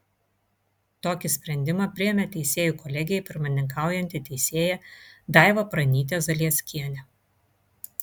tokį sprendimą priėmė teisėjų kolegijai pirmininkaujanti teisėja daiva pranytė zalieckienė